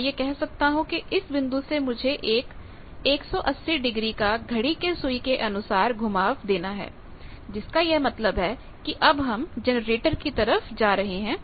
मैं यह कह सकता हूं कि इस बिंदु से मुझे एक 180 डिग्री का घड़ी के सुई के अनुसार घुमाव देना है जिसका यह मतलब है कि हम अब जनरेटर की तरफ जा रहे हैं